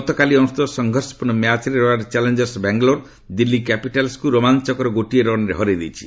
ଗତକାଲି ଅନୁଷ୍ଠିତ ସଂଘର୍ଷପୂର୍ଣ୍ଣ ମ୍ୟାଚରେ ରୟାଲ ଚ୍ୟାଲେଞ୍ଜର୍ସ ବାଙ୍ଗାଲୋର' ଦିଲ୍ଲୀ କ୍ୟାପିଟାଲସ୍କୁ ରୋମାଞ୍ଚକର ଗୋଟିଏ ରନ୍ରେ ହରାଇ ଦେଇଛି